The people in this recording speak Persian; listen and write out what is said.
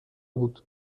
بود